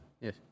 Yes